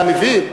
אתה מבין?